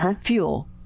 fuel